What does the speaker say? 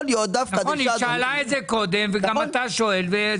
נכון, היא שאלה את זה קודם וגם אתה שואל.